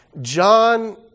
John